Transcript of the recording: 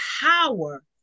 power